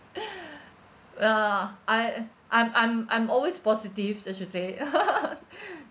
well ah I I'm I'm I'm always positive just to say